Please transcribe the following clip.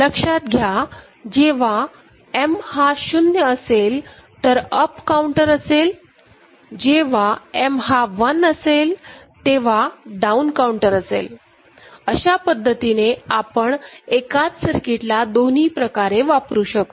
लक्षात घ्या जेव्हा M हा 0 असेल तर अप् काऊंटर असेलजेव्हा M हा 1 असेल तेव्हा डाऊन काऊंटर असेलअशा पद्धतीने आपण एकाच सर्किट ला दोन्ही प्रकारे वापरू शकतो